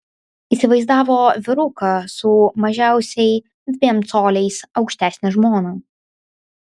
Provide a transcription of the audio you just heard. įsivaizdavo vyruką su mažiausiai dviem coliais aukštesne žmona